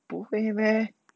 不会 meh